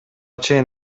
чейин